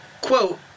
quote